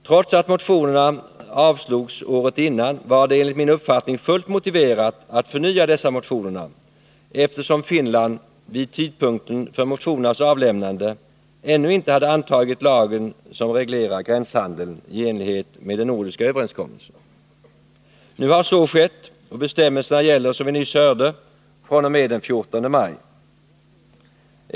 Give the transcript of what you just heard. Trots att motionerna avslogs året innan var det enligt min uppfattning fullt motiverat att förnya dessa motioner, eftersom Finland vid tidpunkten för motionernas avlämnande ännu inte hade antagit den lag som reglerar gränshandeln i enlighet med den nordiska överenskommelsen. Nu har så skett, och bestämmelserna gäller, som vi nyss hörde, fr.o.m. den 14 maj.